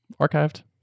archived